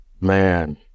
man